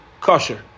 kosher